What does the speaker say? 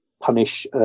punish